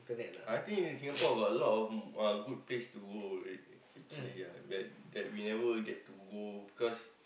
I think in Singapore got a lot of uh good place to go actually ah that that we never get to go because